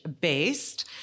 based